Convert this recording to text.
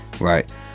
right